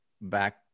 back